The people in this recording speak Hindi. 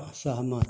असहमत